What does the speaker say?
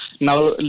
Now